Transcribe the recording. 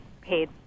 paid